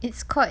it's called